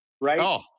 right